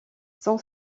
son